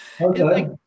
okay